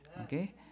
okay